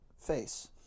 face